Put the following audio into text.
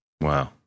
Wow